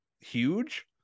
huge